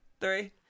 three